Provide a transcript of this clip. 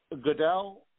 Goodell